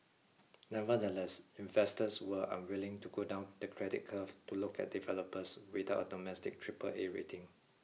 nevertheless investors were unwilling to go down the credit curve to look at developers without a domestic Triple A rating